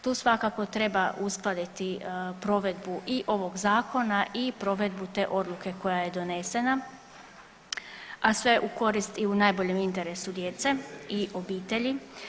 Tu svakako treba uskladiti provedbu i ovog zakona i provedbu te odluke koja je donesena a sve u korist i u najboljem interesu djece i obitelji.